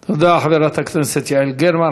תודה, חברת הכנסת יעל גרמן.